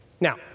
Now